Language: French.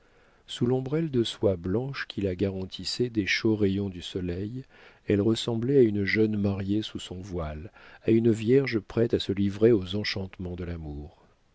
sous l'ombrelle de soie blanche qui la garantissait des chauds rayons du soleil elle ressemblait à une jeune mariée sous son voile à une vierge prête à se livrer aux enchantements de l'amour